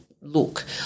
look